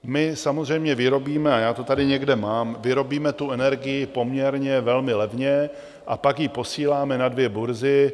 My samozřejmě vyrobíme, a já to tady někde mám, vyrobíme tu energii poměrně velmi levně a pak ji posíláme na dvě burzy.